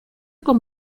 con